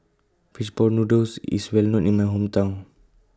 Fish Ball Noodles IS Well known in My Hometown